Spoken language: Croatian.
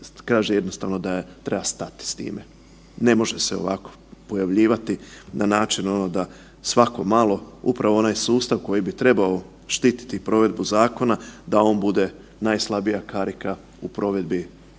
kaže jednostavno da treba stati s time. Ne može se ovako pojavljivati na način da svako malo upravo onaj sustav koji bi trebao štititi provedbu zakona da on bude najslabija karika u provedbi zakona,